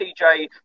TJ